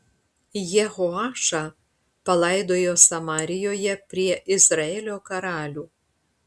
jehoašą palaidojo samarijoje prie izraelio karalių